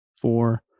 four